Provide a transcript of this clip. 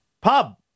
pub